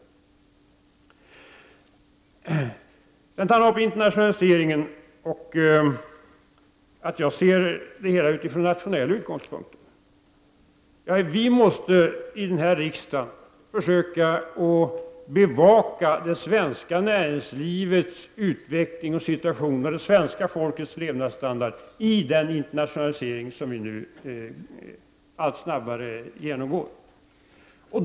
Sedan tog Per Westerberg upp internationaliseringen och menade att jag ser det hela från nationella utgångspunkter. Vi måste här i riksdagen försöka att bevaka det svenska näringslivets utveckling och situation med tanke på det svenska folkets levnadsstandard i den allt snabbare internationaliseringen.